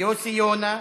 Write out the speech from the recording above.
יוסי יונה,